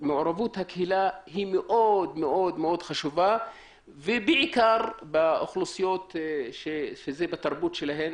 מערובות הקהילה מאוד חשובה ובעיקר באוכלוסיות שזה בתרבות שלהם,